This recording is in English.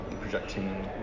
projecting